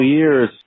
years